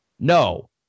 No